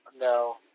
No